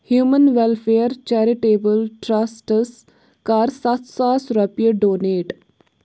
human welfare charitable trusts کر ستھ ساس رۄپیہِ ڈونیٹ